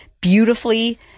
beautifully